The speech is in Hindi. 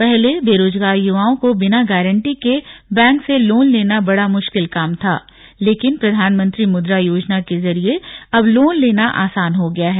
पहले बेरोजगार युवओं को बिना गांरटी के बैंक से लोन लेना बड़ा मुश्किल काम था लेकिन प्रधानमंत्री मुद्रा योजना के जरिए अब लोन लेना आसान हो गया है